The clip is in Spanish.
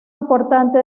importante